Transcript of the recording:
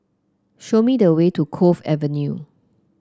show me the way to Cove Avenue